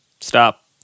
Stop